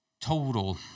total